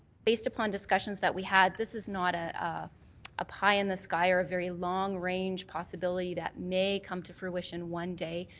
based upon discussions that we had, this is not a ah ah pie in the sky or very long-range possibility that may come to fruition one day.